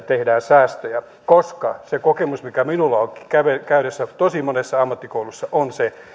tehdään säästöjä koska se kokemus mikä minulla on käytyäni tosi monessa ammattikoulussa on se